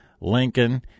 Lincoln